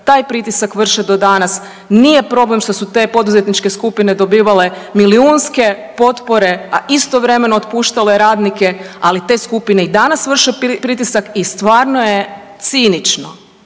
taj pritisak vrše do danas. Nije problem što su te poduzetničke skupine dobivale milijunske potpore, a istovremeno otpuštale radnike, ali te skupine i danas vrše pritisak i stvarno je cinično